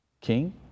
King